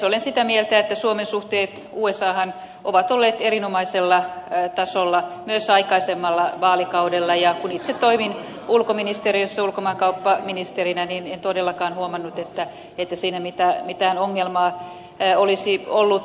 olen sitä mieltä että suomen suhteet usahan olivat erinomaisella tasolla myös aikaisemmalla vaalikaudella ja kun itse toimin ulkoministeriössä ulkomaankauppaministerinä en todellakaan huomannut että siinä mitään ongelmaa olisi ollut